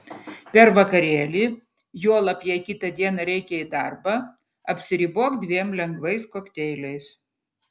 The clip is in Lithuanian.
per vakarėlį juolab jei kitą dieną reikia į darbą apsiribok dviem lengvais kokteiliais